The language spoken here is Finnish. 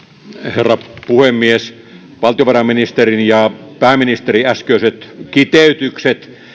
herra puhemies valtiovarainministerin ja pääministerin äskeiset kiteytykset